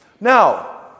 Now